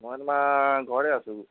মই তোমাৰ ঘৰতে আছোঁ